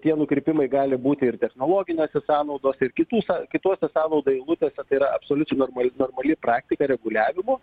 tie nukrypimai gali būti ir technologinėse sąnaudose ir kitų kitose sąnaudų eilutėse tai yra absoliučiai normali normali praktika reguliavimo